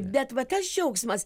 bet va tas džiaugsmas